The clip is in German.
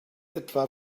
etwa